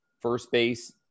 first-base